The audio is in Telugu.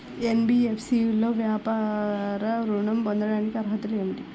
ఎన్.బీ.ఎఫ్.సి లో వ్యాపార ఋణం పొందటానికి అర్హతలు ఏమిటీ?